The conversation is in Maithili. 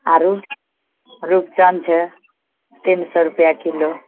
आरो रूपचन छै तीन सए रुपआ किलो